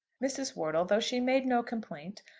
mrs. wortle, though she made no complaint,